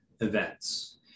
events